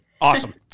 Awesome